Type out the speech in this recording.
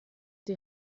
die